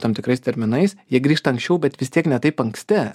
tam tikrais terminais jie grįžta anksčiau bet vis tiek ne taip anksti